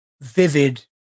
vivid